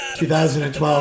2012